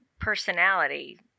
personality